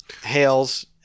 hails